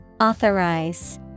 Authorize